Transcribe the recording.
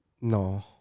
No